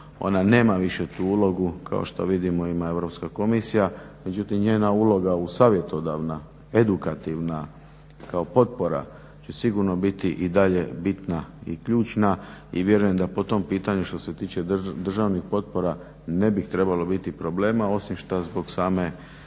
ona nema više tu ulogu, kao što vidimo ima Europska komisija, međutim njena uloga savjetodavna, edukativna, kao potpora će sigurno biti i dalje bitna i ključna i vjerujem da po tom pitanju što se tiče državnih potpora ne bi trebalo biti problema, osim što zbog samog